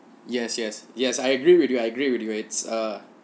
yes yes yes I agree with you I agree with you it's uh